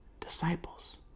disciples